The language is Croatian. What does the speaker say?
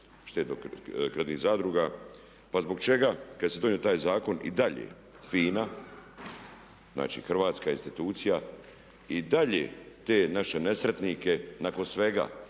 štedno-kreditnih zadruga. Pa zbog čega kad se donio taj zakon i dalje FINA, znači hrvatska institucija i dalje te naše nesretnike nakon svega